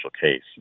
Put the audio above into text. case